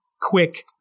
quick